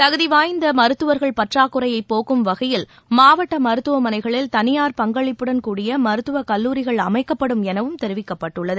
தகுதிவாய்ந்த மருத்துவர்கள் பற்றாக்குறையைப் போக்கும் வகையில் மாவட்ட மருத்துவமனைகளில் தனியார் பங்களிப்புடன் கூடிய மருத்துவக் கல்லூரிகள் அமைக்கப்படும் எனவும் தெரிவிக்கப்பட்டுள்ளது